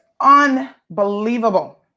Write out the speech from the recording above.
unbelievable